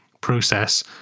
process